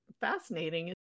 fascinating